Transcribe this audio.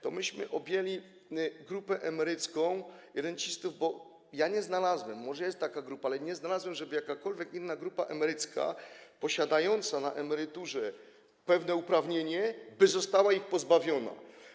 To my objęliśmy grupę emerycką i rencistów, bo ja nie znalazłem - może jest taka grupa, ale jej nie znalazłem - tego, żeby jakakolwiek inna grupa emerycka posiadająca na emeryturze pewne uprawnienia została ich pozbawiona.